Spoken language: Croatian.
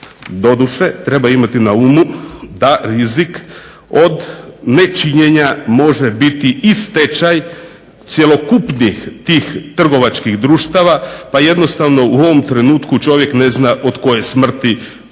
doduše treba imati na umu da rizik od nečinjenja može biti i stečaj cjelokupnih tih trgovačkih društva pa jednostavno u ovom trenutku čovjek ne zna od koje smrti umrijeti.